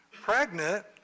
pregnant